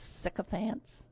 sycophants